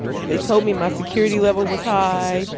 and they told me my security level was high,